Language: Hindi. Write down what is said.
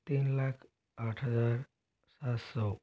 तीन लाख आठ हजार सात सौ